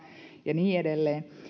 ja niin edelleen